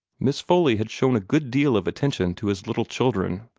miss foley had shown a good deal of attention to his little children.